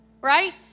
right